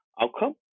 outcome